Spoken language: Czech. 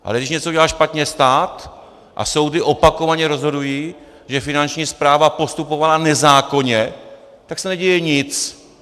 Ale když něco udělá špatně stát a soudy opakovaně rozhodují, že Finanční správa postupovala nezákonně tak se neděje nic.